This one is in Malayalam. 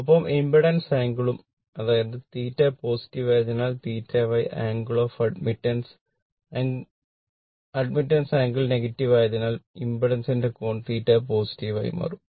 ഒപ്പം ഇംപഡൻസ് ആംഗിളും അഡ്മിറ്റൻസ് ആംഗിൾ നെഗറ്റീവ് ആയാൽ ഇംപെഡൻസിന്റെ കോൺ θ പോസിറ്റീവ് ആയി മാറും